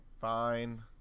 Fine